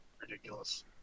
ridiculous